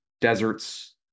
deserts